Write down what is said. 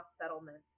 settlements